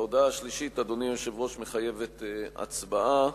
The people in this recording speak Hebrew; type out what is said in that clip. ההודעה השלישית, אדוני היושב-ראש, מחייבת הצבעה.